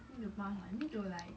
need to pass [what] you need to like